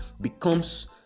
becomes